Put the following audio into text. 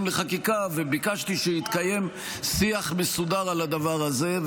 לחקיקה וביקשתי שיתקיים שיח מסודר על הדבר הזה.